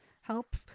help